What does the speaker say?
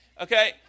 okay